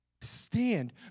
Stand